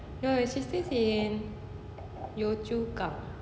no she stays in choa chu kang